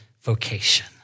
vocation